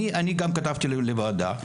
אני גם כתבתי לוועדה.